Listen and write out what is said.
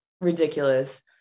ridiculous